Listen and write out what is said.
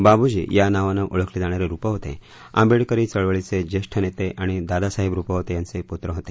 बाबूजी या नावानं ओळखले जाणारे रुपवते आंबेडकरी चळवळीचे ज्येष्ठ नेते दादासाहेब रुपवते यांचे पुत्र होते